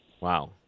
Wow